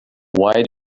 why